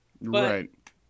Right